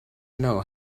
know